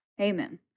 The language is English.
Amen